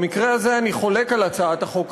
במקרה הזה אני חולק על הצעת החוק הזאת.